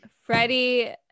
freddie